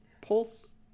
Pulse